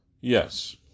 Yes